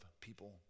people